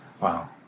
Wow